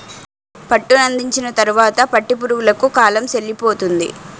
పట్టునందించిన తరువాత పట్టు పురుగులకు కాలం సెల్లిపోతుంది